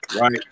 right